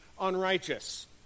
unrighteous